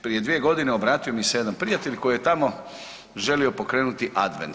Prije 2 godine obratio mi se jedan prijatelj koji je tamo želio pokrenuti Advent.